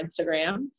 Instagram